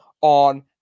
on